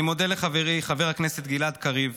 אני מודה לחברי חבר הכנסת גלעד קריב,